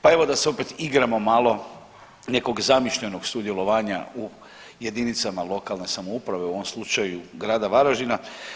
Pa evo da se opet igramo malo nekog zamišljenog sudjelovanja u jedinicama lokalne samouprave u ovom slučaju grada Varaždina.